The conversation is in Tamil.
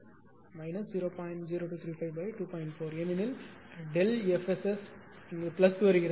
4 ஏனெனில் ΔF SS பிளஸ் வருகிறது